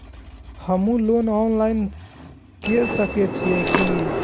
हमू loan online के सके छीये की?